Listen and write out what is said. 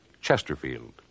Chesterfield